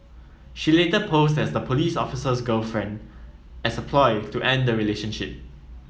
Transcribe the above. she later posed as the police officer's girlfriend as a ploy to end the relationship